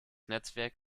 netzwerk